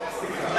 לא.